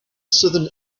southern